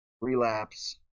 relapse